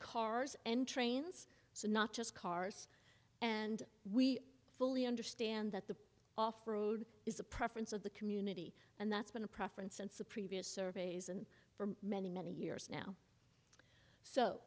cars and trains so not just cars and we fully understand that the off road is a preference of the community and that's been a preference and supreme via surveys and for many many years now so